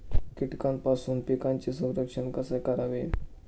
कीटकांपासून पिकांचे संरक्षण कसे करावे?